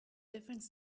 difference